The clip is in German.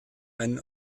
einen